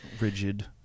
rigid